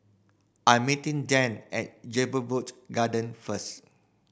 I'm meeting Dan at Jedburgh Garden first